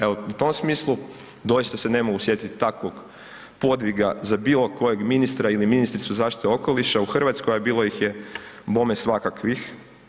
Evo, u tom smislu doista se ne mogu sjetit takvog podviga za bilo kojeg ministra ili ministricu zaštite okoliša u RH, a bilo ih je bome svakakvih.